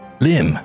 Lim